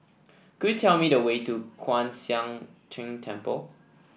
could you tell me the way to Kwan Siang Tng Temple